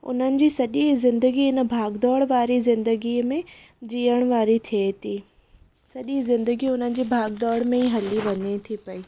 उन्हनि जी सॼी ज़िंदगी इन भागदौड़ वारी ज़िंदगीअ में जीअण वारी थिए थी सॼी ज़िंदगी हुनजी भागदौड़ में हली वञे थी पेई